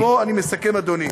אני מסכם, אדוני.